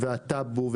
הטאבו,